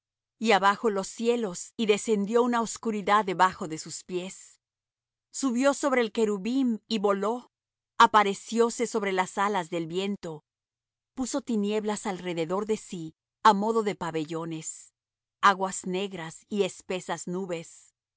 y abajo los cielos y descendió una oscuridad debajo de sus pies subió sobre el querubín y voló aparecióse sobre las alas del viento puso tinieblas alrededor de sí á modo de pabellones aguas negras y espesas nubes